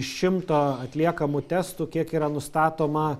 iš šimto atliekamų testų kiek yra nustatoma